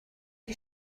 you